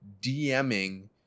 DMing